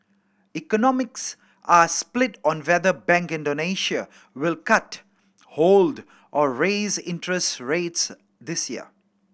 economists are split on whether Bank Indonesia will cut hold or raise interest rates this year